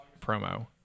promo